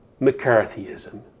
McCarthyism